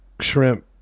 shrimp